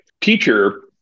teacher